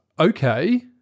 Okay